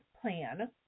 plan